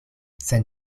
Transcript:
sen